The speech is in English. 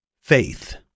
faith